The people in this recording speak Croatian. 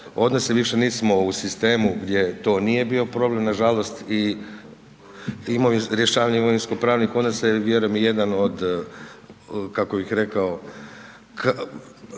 to nije bio problem gdje to nije bio problem nažalost i rješavanje imovino-pravnih odnosa je vjerujem i jedan od kako bi rekao,